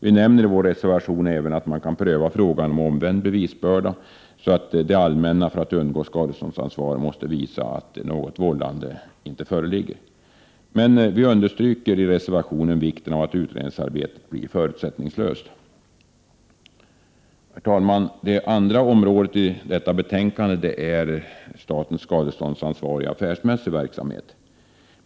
Vi nämner i vår reservation även att man kan pröva frågan om omvänd bevisbörda så, att det allmänna för att undgå skadeståndsansvar måste visa att något vållande ej föreligger. Vi understryker i reservationen vikten av att utredningsarbetet blir förutsättningslöst. Herr talman! Det andra området i detta betänkande gäller statens skadeståndsansvar i affärsmässig verksamhet.